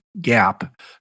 gap